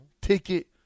ticket